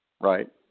right